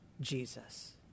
Jesus